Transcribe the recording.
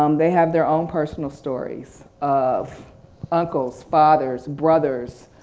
um they have their own personal stories of uncles, fathers, brothers,